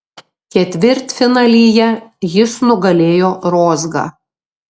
ketvirtfinalyje jis nugalėjo rozgą